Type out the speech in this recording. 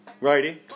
righty